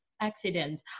accident